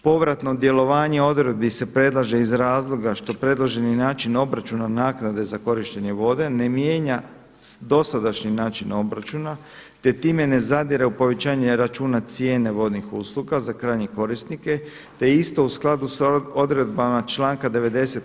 Povratno djelovanje odredbi se predlaže iz razloga što predloženi način obračuna naknade za korištenje vode ne mijenja dosadašnji način obračuna te time ne zadire u povećanje računa cijene vodnih usluga za krajnje korisnike te isto u skladu s odredbama članka 90.